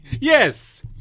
Yes